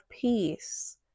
peace